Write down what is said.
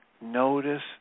notice